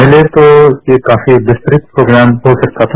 पहले तो यह काफी विस्तृत प्रोग्राम हो सकता था